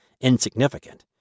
insignificant